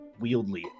wieldly